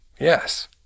Yes